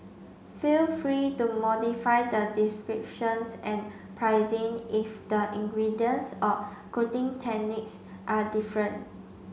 feel free to modify the descriptions and pricing if the ingredients or cooking techniques are different